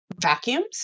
vacuums